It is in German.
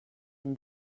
dem